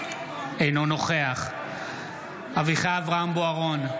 אינו נוכח אביחי אברהם בוארון,